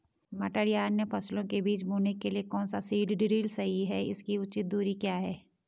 मटर या अन्य फसलों के बीज बोने के लिए कौन सा सीड ड्रील सही है इसकी उचित दूरी क्या है?